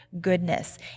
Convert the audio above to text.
goodness